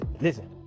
Listen